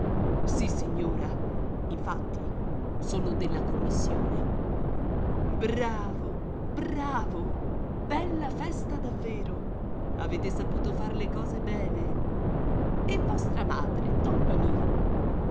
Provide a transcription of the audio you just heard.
balbettando sissignora infatti sono della commissione bravo bravo bella festa davvero avete saputo far le cose bene e vostra madre